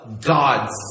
gods